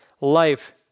life